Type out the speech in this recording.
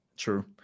True